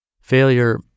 Failure